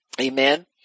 Amen